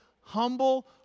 humble